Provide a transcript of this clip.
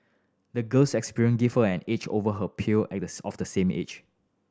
the girl's experience gave her an edge over her peer of the same age